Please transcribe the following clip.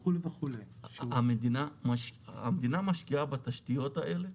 וכו' וכו' המדינה משקיעה בתשתיות האלה?